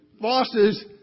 Bosses